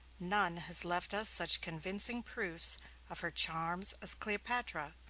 none has left us such convincing proofs of her charms as cleopatra,